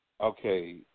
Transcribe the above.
okay